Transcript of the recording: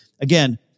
again